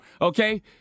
Okay